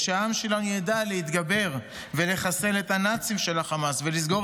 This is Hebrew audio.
ושהעם שלנו ידע להתגבר ולחסל את הנאצים של החמאס ולסגור